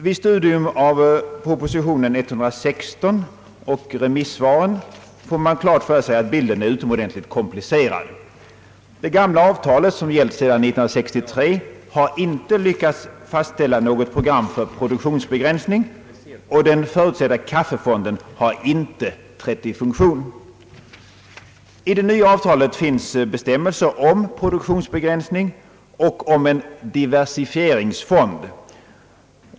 Vid studium av proposition nr 116 och remissvaren får man klart för sig att bilden är utomordentligt komplicerad. Det gamla avtalet som gällt sedan 1963 har inte lyckats fastställa något program för produktionsbegränsning, och den förutsedda kaffefonden har inte trätt i funktion. I det nya avtalet finns bestämmelser om produktionsbegränsning och om en diversifieringsfond.